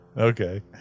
Okay